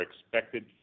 expected